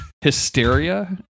Hysteria